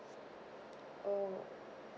oh